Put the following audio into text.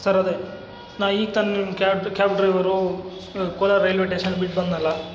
sir ಅದೆ ನಾ ಈಗ ತಾನೆ ನಿಮ್ಮ ಕ್ಯಾದ್ ಕ್ಯಾಬ್ ಡ್ರೈವರೂ ಕೋಲಾರ ರೈಲ್ವೇ ಟೇಷನ್ ಬಿಟ್ಟು ಬಂದ್ನಲ್ಲ